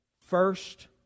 first